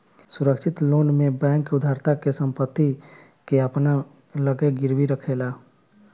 सुरक्षित लोन में बैंक उधारकर्ता के संपत्ति के अपना लगे गिरवी रखेले